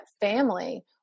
family